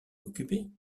occupée